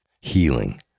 healing